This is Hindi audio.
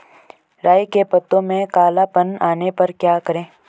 राई के पत्तों में काला पन आने पर क्या करें?